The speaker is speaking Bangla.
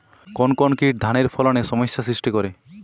কোন কোন কীট ধানের ফলনে সমস্যা সৃষ্টি করে?